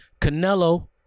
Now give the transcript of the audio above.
Canelo